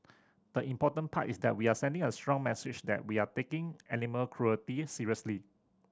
the important part is that we are sending a strong message that we are taking animal cruelty seriously